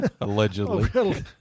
Allegedly